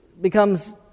becomes